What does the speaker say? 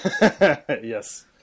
Yes